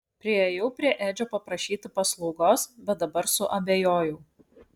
priėjau prie edžio paprašyti paslaugos bet dabar suabejojau